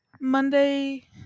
Monday